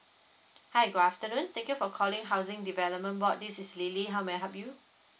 hi good afternoon thank you for calling housing development board this is lily how may I help you